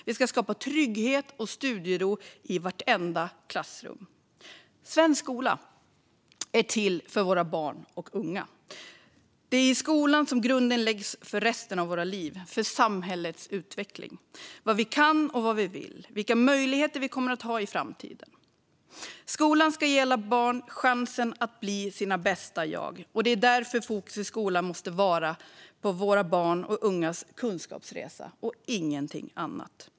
Vi ska skapa trygghet och studiero i vartenda klassrum. Svensk skola är till för våra barn och unga. Det är i skolan grunden läggs för resten av våra liv och för samhällets utveckling. Det handlar om vad vi kan och vad vi vill och om vilka möjligheter vi kommer att ha i framtiden. Skolan ska ge alla barn chansen att bli sina bästa jag. Det är därför fokus i skolan måste vara på våra barns och ungas kunskapsresa och ingenting annat.